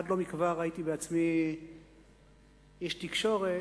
עד לא מכבר הייתי בעצמי איש תקשורת,